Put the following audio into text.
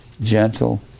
gentle